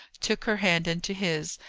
took her hand into his,